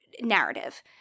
narrative